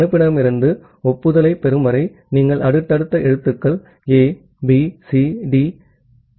அனுப்புநரிடமிருந்து ஒப்புதலைப் பெறும் வரை நீங்கள் அடுத்தடுத்த எழுத்துக்கள் A B C D ஐத் தொடர்கிறீர்கள்